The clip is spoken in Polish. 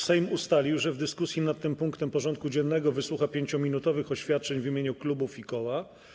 Sejm ustalił, że w dyskusji nad tym punktem porządku dziennego wysłucha 5-minutowych oświadczeń w imieniu klubów i koła.